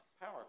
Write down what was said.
power